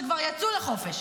שכבר יצאו לחופש.